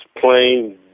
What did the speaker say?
plain